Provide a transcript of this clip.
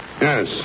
Yes